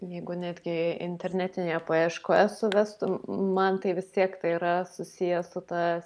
jeigu netgi internetinėje paieškoje suvestum man tai vis tiek tai yra susiję su ta